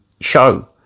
show